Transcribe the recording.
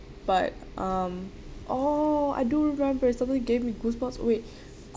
but um oh I do remember something gave me goosebumps wait